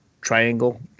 triangle